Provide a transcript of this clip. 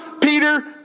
Peter